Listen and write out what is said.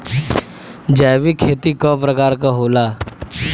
जैविक खेती कव प्रकार के होला?